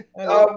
Hello